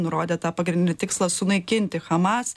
nurodė tą pagrindinį tikslą sunaikinti hamas